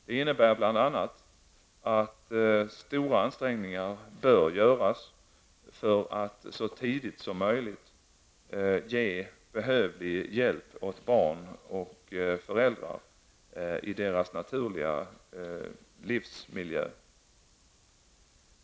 Det innebär bl.a. att stora ansträngningar bör göras för att så tidigt som möjligt ge behövlig hjälp åt barn och föräldrar i deras naturliga livsmiljö.